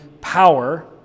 power